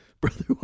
Brother